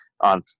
on